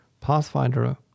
Pathfinder